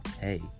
hey